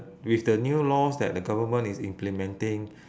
with the new laws that the government is implementing